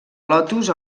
lotus